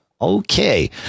Okay